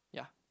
yeah